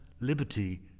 liberty